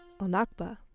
al-Nakba